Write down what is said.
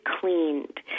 cleaned